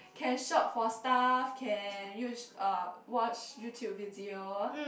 can shop for stuff can use uh watch YouTube video